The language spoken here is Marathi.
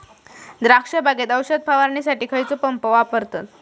द्राक्ष बागेत औषध फवारणीसाठी खैयचो पंप वापरतत?